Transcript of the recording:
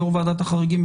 יו"ר ועדת החריגים,